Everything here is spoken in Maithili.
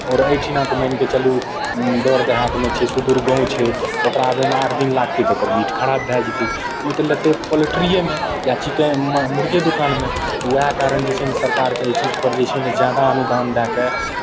आओर एहिठिना तऽ मानि कऽ चलू दर देहातमे छै सुदूर गाँव छै तऽ ओकरा आबयमे आठ दिन लागतै तऽ ओकर मीट खराब भए जेतै तऽ ओ तऽ लेतै पोल्ट्रिएमे या चिकेनमे मुरगे दोकानमे तऽ उएह कारण जे छै ने सरकारकेँ एहि चीजपर मे जे छै ने जादा अनुदान दए कऽ